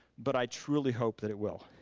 but i truly hope that it will.